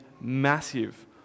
massive